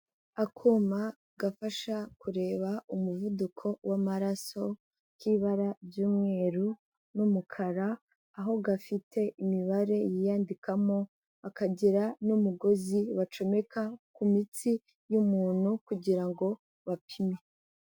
Akuma gafasha kureba umuvuduko w'amaraso kibara ry'umweru n'umukara aho gafite imibare yiyandikamo akakagira n'umugozi bacomeka ku mitsi y'umuntu kugira ngo bapime.